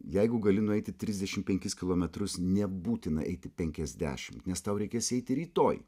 jeigu gali nueiti trisdešimt penkis kilometrus nebūtina eiti penkiasdešimt nes tau reikės eiti rytoj